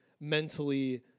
mentally